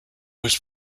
was